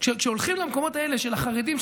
כשהולכים למקומות האלה של החרדים,